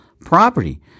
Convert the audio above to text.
property